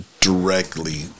directly